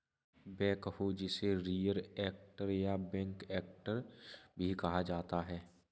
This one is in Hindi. बैकहो जिसे रियर एक्टर या बैक एक्टर भी कहा जाता है